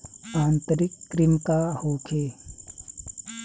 आंतरिक कृमि का होखे?